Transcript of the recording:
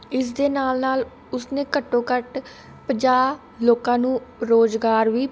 ਇਸਦੇ ਨਾਲ ਨਾਲ ਉਸਨੇ ਘੱਟੋ ਘੱਟ ਪੰਜਾਹ ਲੋਕਾਂ ਨੂੰ ਰੁਜ਼ਗਾਰ ਵੀ